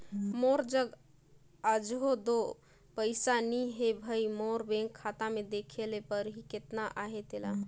मोर जग अझो दो पइसा नी हे भई, मोर बेंक खाता में देखे ले परही केतना अहे तेला